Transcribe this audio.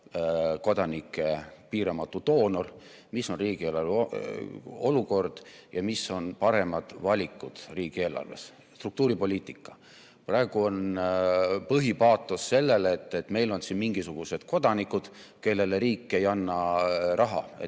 kodanike piiramatu doonor, milline on riigieelarve olukord ja mis on paremad valikud riigieelarves. Struktuuripoliitika. Praegu on põhipaatos selles, et meil on siin mingisugused kodanikud, kellele riik ei anna raha. Et